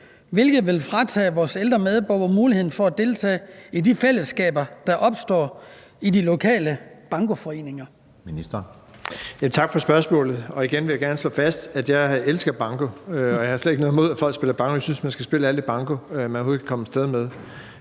hvilket vil fratage vores ældre medborgere muligheden for at deltage i de fællesskaber, der opstår i de lokale bankoforeninger?